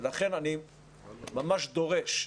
לכן אני ממש דורש,